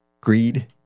greed